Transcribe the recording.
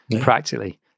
practically